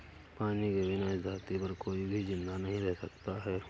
पानी के बिना इस धरती पर कोई भी जिंदा नहीं रह सकता है